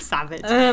Savage